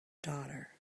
daughter